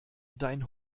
dein